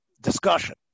discussion